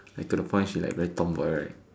like to the point she's very Tomboy right